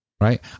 Right